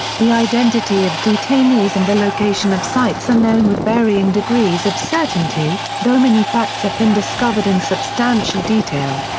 the identity of detainees and the location of sites are known with varying degrees of certainty, though many facts have been discovered in substantial detail.